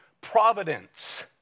providence